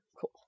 cool